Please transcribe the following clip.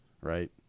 right